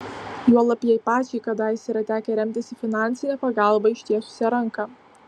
juolab jai pačiai kadaise yra tekę remtis į finansinę pagalbą ištiesusią ranką